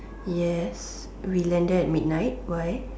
yes we landed in midnight why